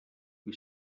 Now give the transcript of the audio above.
who